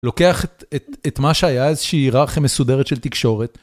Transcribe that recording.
לוקח את מה שהיה איזושהי היררכיה מסודרת של תקשורת.